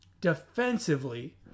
defensively